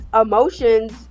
emotions